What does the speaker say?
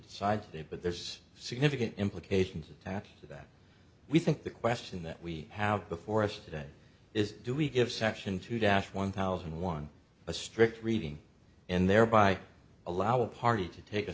decide today but there's significant implications attached to that we think the question that we have before us today is do we give section two dash one thousand and one a strict reading and thereby allow a party to take a